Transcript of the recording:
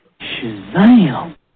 Shazam